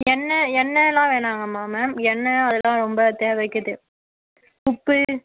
எண்ணெ எண்ணெல்லாம் வேணாங்கம்மா மேம் எண்ணெய் அதுலாம் ரொம்ப தேவை இருக்குது உப்பு